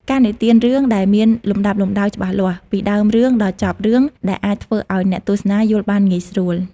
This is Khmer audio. ការនិទានរឿងដែលមានលំដាប់លំដោយច្បាស់លាស់ ពីដើមរឿងដល់ចប់រឿងដែលអាចធ្វើឲ្យអ្នកទស្សនាយល់បានងាយស្រួល។